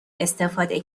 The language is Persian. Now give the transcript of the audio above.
استفاده